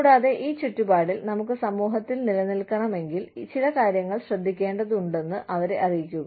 കൂടാതെ ഈ ചുറ്റുപാടിൽ നമുക്ക് സമൂഹത്തിൽ നിലനിൽക്കണമെങ്കിൽ ചില കാര്യങ്ങൾ ശ്രദ്ധിക്കേണ്ടതുണ്ടെന്ന് അവരെ അറിയിക്കുക